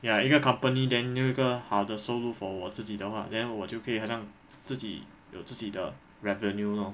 ya 一个 company then 有一个好的收入 for 我自己的话 then 我就可以好像自己有自己的 revenue lor